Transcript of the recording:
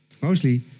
Mostly